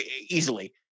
Easily